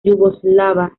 yugoslava